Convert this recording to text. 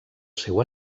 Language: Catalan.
seu